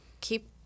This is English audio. keep